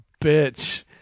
bitch